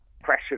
pressure